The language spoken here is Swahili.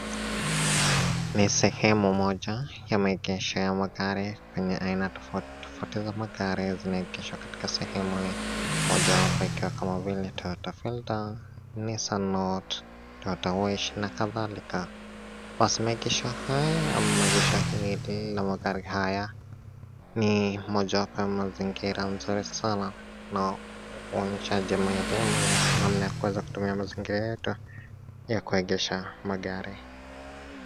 Ni sehemu moja ya maegesho ya magari kwenye aina tofauti tofauti za magari, zinaegeshwa katika sehemu hii. Mojawapo ikiwa kama vile: Toyota Fielder, Nissan Note, Tata, Wish na kadhalika. Basi maegesho haya ama maegesho hili la magari haya, ni mojawapo ya mazingira nzuri sana na huonyesha jamii elimu ya namna ya kuweza kutumia mazingira yetu ya kuegesha magari.